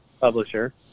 publisher